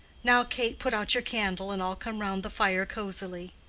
now, kate, put out your candle, and all come round the fire cosily.